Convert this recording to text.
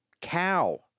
cow